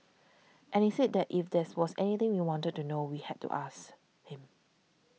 and he said that if there's was anything we wanted to know we had to ask him